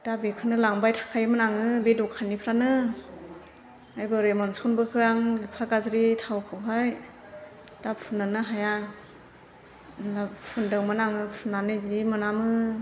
दा बेखौनो लांबाय थाखायोमोन आङो बे दखाननिफ्रायनो ओमफाय बोरै मोनस'नबोखो आं एफा गाज्रि थावखौहाय दा फुननोनो हाया फुन्दोंमोन आङो फुननानै जि मोनामो